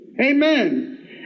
Amen